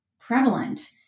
prevalent